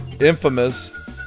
Infamous